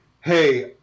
hey